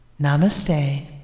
Namaste